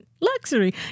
luxury